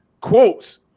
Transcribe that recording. quotes